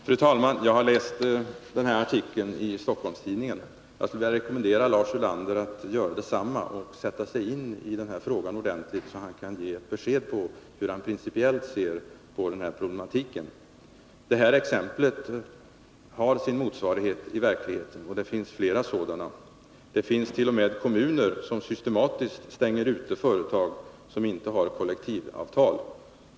Fru talman! Jag har läst den här artikeln i Stockholms-Tidningen. Jag skulle vilja rekommendera Lars Ulander att göra detsamma och att sätta sig iniden här frågan ordentligt, så att han kan ge besked om hur han principiellt ser på den här problematiken. Det här exemplet har sin motsvarighet i verkligheten, och det finns flera exempel. Det finns t.o.m. kommuner som systematiskt stänger ute företag som inte har kollektivavtal.